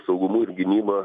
saugumu ir gynyba